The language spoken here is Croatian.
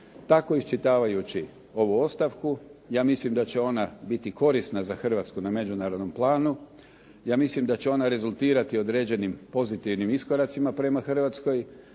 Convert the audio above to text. Tako iščitavajući ovu ostavku ja mislim da će ona biti korisna za Hrvatsku na međunarodnom planu. Ja mislim da će ona rezultirati određenim pozitivnim iskoracima prema Hrvatskoj